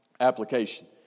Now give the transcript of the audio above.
application